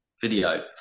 video